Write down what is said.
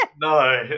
no